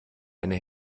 eine